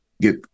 get